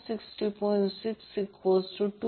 254cos 229